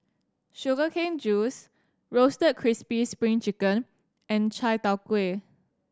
sugar cane juice Roasted Crispy Spring Chicken and chai tow kway